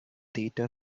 theta